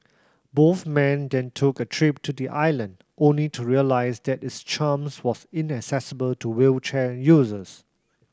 both men then took a trip to the island only to realise that its charms was inaccessible to wheelchair users